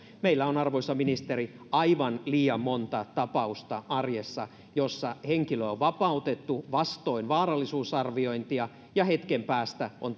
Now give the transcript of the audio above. meillä on arvoisa ministeri aivan liian monta tapausta arjessa jossa henkilö on vapautettu vastoin vaarallisuusarviointia ja hetken päästä on